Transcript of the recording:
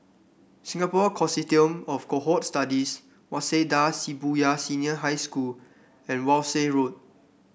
Singapore Consortium of Cohort Studies Waseda Shibuya Senior High School and Walshe Road